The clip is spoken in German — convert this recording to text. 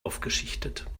aufgeschichtet